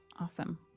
Awesome